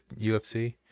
UFC